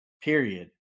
period